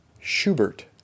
schubert